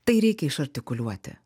tai reikia išartikuliuoti